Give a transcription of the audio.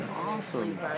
awesome